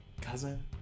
cousin